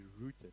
rooted